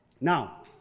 Now